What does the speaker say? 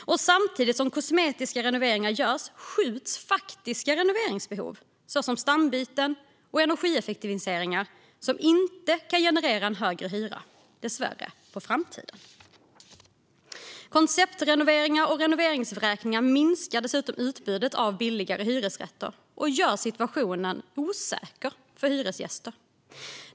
Och samtidigt som kosmetiska renoveringar görs skjuts renoveringar som det finns ett faktiskt behov av men som inte kan generera högre hyra, som stambyte och energieffektivisering, dessvärre på framtiden. Konceptrenoveringar och renovräkningar minskar dessutom utbudet av billigare hyresrätter och gör situationen osäker för hyresgäster.